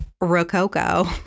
Rococo